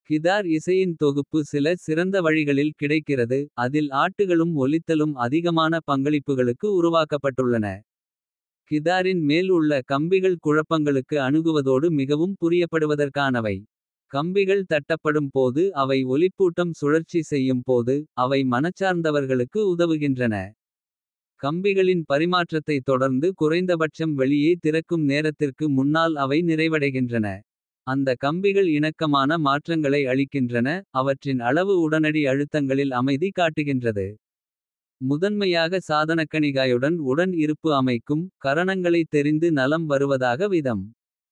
கிதார் இசையின் தொகுப்பு சில சிறந்த வழிகளில் கிடைக்கிறது. அதில் ஆட்டுகளும் ஒலித்தலும் அதிகமான. பங்களிப்புகளுக்கு உருவாக்கப்பட்டுள்ளன. கிதாரின் மேல் உள்ள கம்பிகள் குழப்பங்களுக்கு. அணுகுவதோடு மிகவும் புரியப்படுவதற்கானவை. கம்பிகள் தட்டப்படும் போது அவை ஒலிப்பூட்டம் சுழற்சி. செய்யும் போது அவை மனச்சார்ந்தவர்களுக்கு உதவுகின்றன. கம்பிகளின் பரிமாற்றத்தை தொடர்ந்து குறைந்தபட்சம். வெளியே திறக்கும் நேரத்திற்கு முன்னால் அவை. நிறைவடைகின்றன. அந்த கம்பிகள் இணக்கமான மாற்றங்களை அளிக்கின்றன. அவற்றின் அளவு உடனடி அழுத்தங்களில் அமைதி காட்டுகின்றது. முதன்மையாக சாதனக்கணிகாயுடன் உடன் இருப்பு அமைக்கும். கரணங்களைத் தெரிந்து நலம் வருவதாக விதம்.